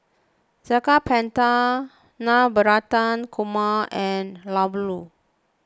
Saag Paneer Navratan Korma and Ladoo